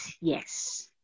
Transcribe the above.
Yes